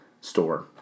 store